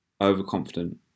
overconfident